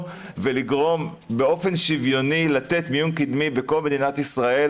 ולגרום באופן שוויוני לתת מיון קדמי בכל מדינת ישראל,